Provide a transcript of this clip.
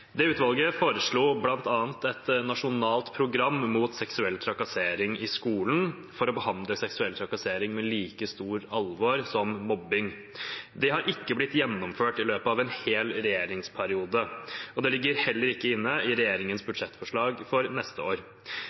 Det utvalget foreslo bl.a. et nasjonalt program mot seksuell trakassering i skolen for å behandle seksuell trakassering med like stort alvor som mobbing. Det har ikke blitt gjennomført i løpet av en hel regjeringsperiode. Det ligger heller ikke inne i regjeringens budsjettforslag for neste år.